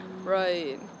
Right